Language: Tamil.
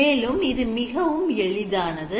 மேலும் இது மிகவும் எளிது ஆனது